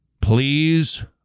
Please